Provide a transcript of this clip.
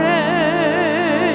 man